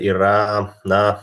yra na